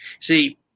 See